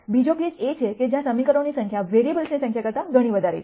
બીજો કેસ એ છે કે જ્યાં સમીકરણોની સંખ્યા વેરીઅબલ્જ઼ની સંખ્યા કરતા ઘણી વધારે છે